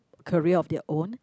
career of their own